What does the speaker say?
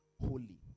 holy